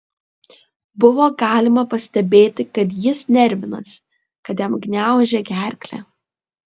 buvo galima pastebėti kad jis nervinasi kad jam gniaužia gerklę